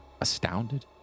Astounded